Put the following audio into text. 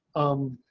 um,